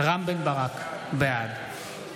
רם בן ברק, בעד אורנה